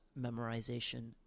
memorization